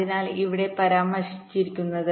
അതിനാൽ ഇതാണ് ഇവിടെ പരാമർശിച്ചിരിക്കുന്നത്